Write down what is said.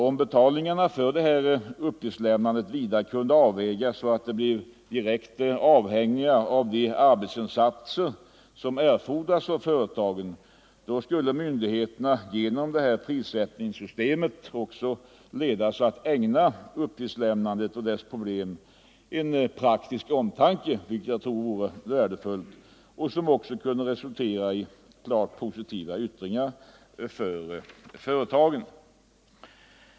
Om betalningarna för detta uppgiftslämnande vidare kunde avvägas så att de blir direkt avhängiga av de arbetsinsatser som fordras av företagen, skulle myndigheterna genom detta prissättningssystem också ledas att ägna uppgiftslämnandet och dess problem en praktisk omtanke, vilket jag tror vore värdefullt. Detta kunde även resultera i klart positiva yttringar från företagens sida.